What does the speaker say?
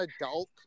adult